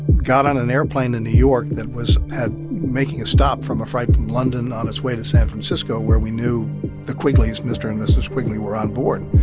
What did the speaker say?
got on an airplane in new york that was making a stop from a flight from london on its way to san francisco where we knew the quigleys mr. and mrs. quigley were on board.